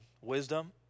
wisdom